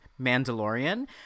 Mandalorian